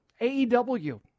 AEW